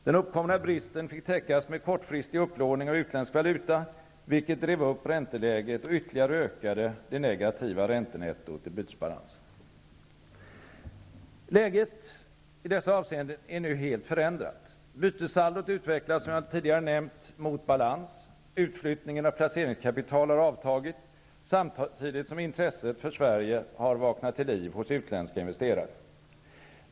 Den uppkomna bristen fick täckas med kortfristig upplåning av utländsk valuta, vilket drev upp ränteläget och ytterligare ökade det negativa räntenettot i bytesbalansen. Läget i dessa avseenden är nu helt förändrat. Bytessaldot utvecklas, som jag tidigare nämnt, mot balans. Utflyttningen av placeringskapital har avtagit, samtidigt som intresset för Sverige har vaknat till liv hos utländska investerare.